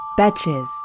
Betches